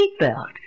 seatbelt